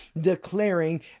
declaring